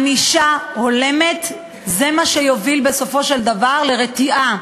ענישה הולמת זה מה שיוביל בסופו של דבר לרתיעה.